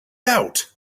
out